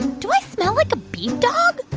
do i smell like a big dog?